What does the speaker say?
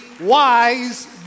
wise